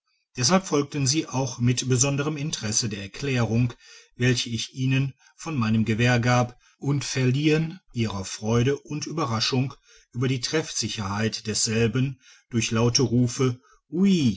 deshalb folgten sie auch mit besonderem interesse der erklärung welche ich ihnen von meinem gewehr gab und verliehen ihrer freude und ueberraschung über die treffsicherheit desselben durch laute